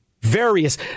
various